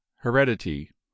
HEREDITY